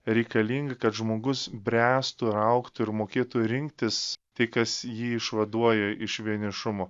reikalinga kad žmogus bręstų ir augtų ir mokėtų rinktis tai kas jį išvaduoja iš vienišumo